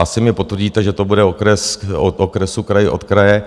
Asi mi potvrdíte, že to bude okres od okresu, kraj od kraje.